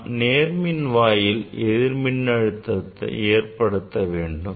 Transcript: நாம் நேர்மின்வாய் ல் எதிர் மின்னழுத்தத்தை ஏற்படுத்த வேண்டும்